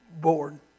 board